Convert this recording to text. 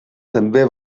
també